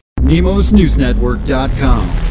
NemosNewsNetwork.com